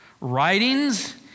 writings